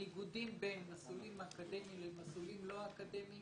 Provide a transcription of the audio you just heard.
הניגודים בין מסלולים אקדמיים למסלולים לא אקדמיים,